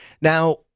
Now